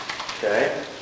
Okay